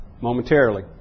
momentarily